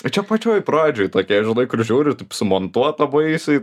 tai čia pačioje pradžioj tokie žinai kur žiūri taip sumontuota baisiai